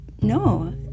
No